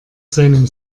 seinem